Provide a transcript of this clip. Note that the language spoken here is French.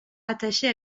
rattachés